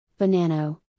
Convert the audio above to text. Banano